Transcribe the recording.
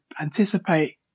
anticipate